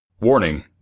Warning